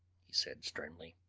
he said sternly,